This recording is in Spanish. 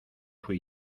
fui